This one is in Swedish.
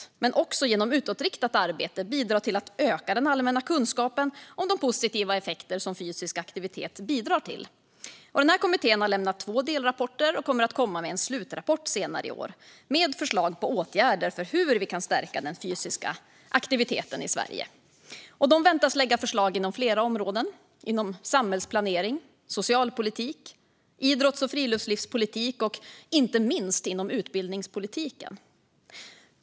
Men den ska också genom utåtriktat arbete bidra till att öka den allmän kunskapen om de positiva effekter som fysisk aktivitet bidrar till. Kommittén har lämnat två delrapporter och kommer att komma med en slutrapport senare i år med förslag på åtgärder för hur vi kan stärka den fysiska aktiviteten i Sverige. Kommittén väntas lägga fram förslag inom flera områden: samhällsplanering, socialpolitik, idrotts och friluftslivspolitik och, inte minst, utbildningspolitik.